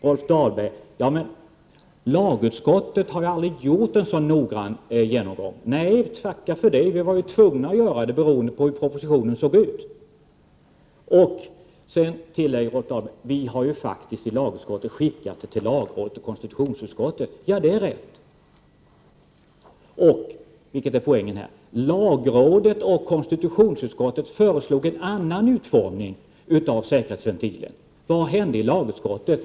Rolf Dahlberg sade att lagutskottet aldrig tidigare har gjort en så noggrann genomgång. Nej, tacka för det! Vi var denna gång tvungna att göra det beroende på propositionens utformning. Rolf Dahlberg tillade att lagutskottet faktiskt har skickat ärendet på remiss till lagrådet och konstitutionsutskottet. Ja, det är riktigt. Poängen är att lagrådet och konstitutionsutskottet föreslog en annan utformning av den s.k. säkerhetsventilen. Vad hände då i lagutskottet?